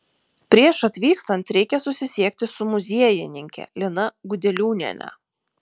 prieš atvykstant reikia susisiekti su muziejininke lina gudeliūniene